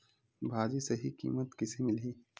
भाजी सही कीमत कइसे मिलही?